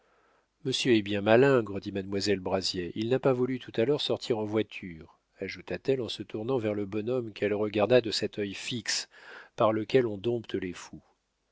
monsieur est bien malingre dit mademoiselle brazier il n'a pas voulu tout à l'heure sortir en voiture ajouta-t-elle en se tournant vers le bonhomme qu'elle regarda de cet œil fixe par lequel on dompte les fous